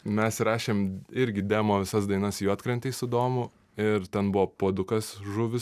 mes įrašėm irgi demo visas dainas juodkrantėj su domu ir ten buvo puodukas žuvys